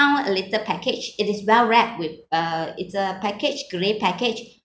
~und a little package it is well wrapped with uh it's a package grey package